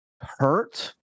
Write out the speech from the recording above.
hurt